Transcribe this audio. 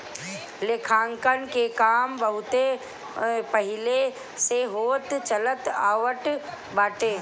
लेखांकन के काम बहुते पहिले से होत चलत आवत बाटे